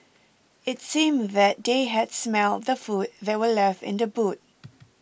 it seemed that they had smelt the food that were left in the boot